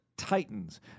titans